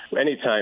anytime